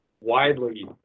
widely